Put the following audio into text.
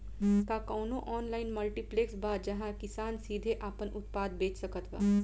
का कउनों online marketplace बा जहां किसान सीधे आपन उत्पाद बेच सकत बा?